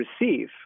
receive